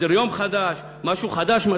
סדר-יום חדש,